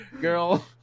girl